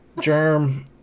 germ